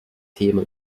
thema